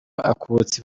akubutse